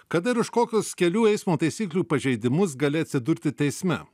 kada ir už kokius kelių eismo taisyklių pažeidimus gali atsidurti teisme